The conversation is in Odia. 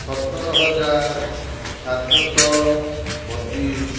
ସତରହଜାର ସାତଶହ ବତିଶ